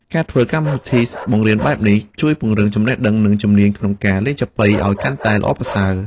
ការធ្វើកម្មវិធីបង្រៀនបែបនេះ ជួយពង្រឹងចំណេះដឹង និងជំនាញក្នុងការលេងចាបុីអោយកាន់តែល្អប្រសើរ។